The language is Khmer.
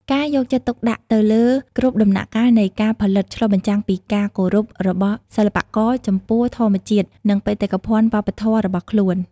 ការយកចិត្តទុកដាក់ទៅលើគ្រប់ដំណាក់កាលនៃការផលិតឆ្លុះបញ្ចាំងពីការគោរពរបស់សិល្បករចំពោះធម្មជាតិនិងបេតិកភណ្ឌវប្បធម៌របស់ខ្លួន។